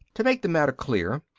to make the matter clear,